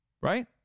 right